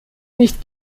nicht